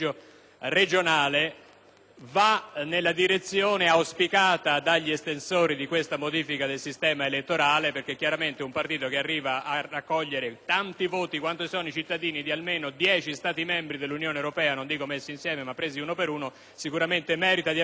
va nella direzione auspicata dagli estensori di questa modifica del sistema elettorale, perché chiaramente un partito che arriva a raccogliere tanti voti quanti sono i cittadini di almeno dieci Stati membri dell'Unione europea - non dico messi insieme, ma presi uno per uno - sicuramente merita di avere rappresentanti in Parlamento.